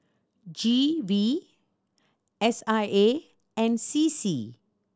G V S I A and C C